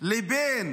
לבין